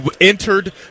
entered